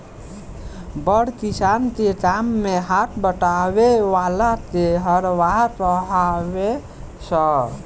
बड़ किसान के काम मे हाथ बटावे वाला के हरवाह कहाले सन